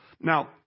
Now